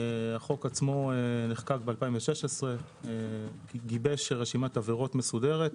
החוק עצמו נחקק ב-2016, גיבש רשימת עבירות מסודרת.